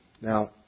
Now